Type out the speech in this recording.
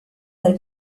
del